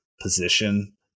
position